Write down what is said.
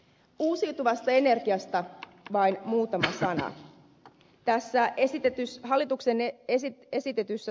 uusiutuvasta energiasta vain muutama sana